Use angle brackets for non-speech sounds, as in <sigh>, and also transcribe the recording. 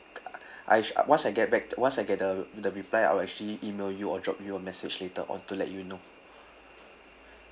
<noise> I once I get back once I get the the reply I will actually email you or drop you a message later on to let you know